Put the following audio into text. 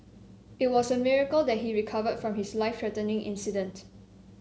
it was a miracle that he recovered from his life threatening incident